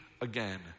again